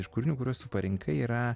iš kūrinių kuriuos tu parinkai yra